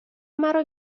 مرا